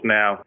now